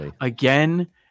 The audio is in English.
again